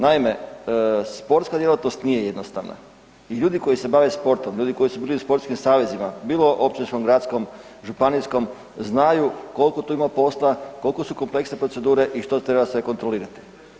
Naime, sportska djelatnost nije jednostavna i ljudi koji se bave sportom, ljudi koji su bili u sportskim savezima, bilo općinskom, gradskom, županijskom, znaju koliko tu ima posla, koliko su kompleksne procedure i što treba sve kontrolirati.